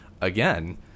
again